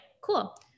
Cool